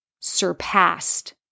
surpassed